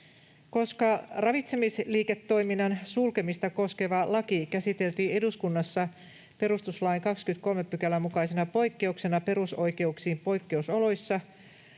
Koska ravitsemisliiketoiminnan sulkemista koskeva laki käsiteltiin eduskunnassa perustuslain 23 §:n mukaisena poikkeuksena perusoikeuksiin poikkeusoloissa,